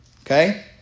Okay